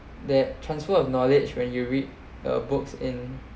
that transfer of knowledge when you read a book in